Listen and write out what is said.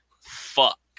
fuck